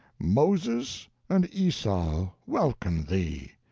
moses and esau welcome thee!